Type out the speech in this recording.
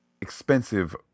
expensive